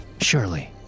Surely